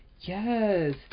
Yes